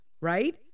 right